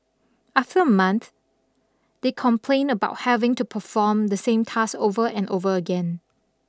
after a month they complained about having to perform the same task over and over again